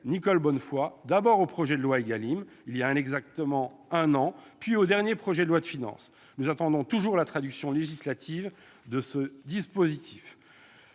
tout d'abord dans le projet de loi Égalim, il y a exactement un an, puis dans le dernier projet de loi de finances. Nous attendons toujours la traduction législative de ce dispositif.